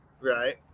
Right